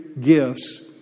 gifts